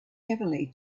heavily